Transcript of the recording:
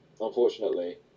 unfortunately